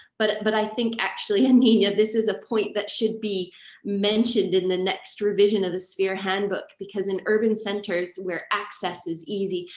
but but i think actually aninia, this is a point that should be mentioned in the next revision of the sphere handbook, because in urban centres where access is easy,